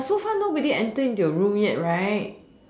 but so far nobody enter into your room yet right